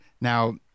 now